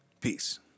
Peace